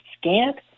scant